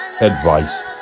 advice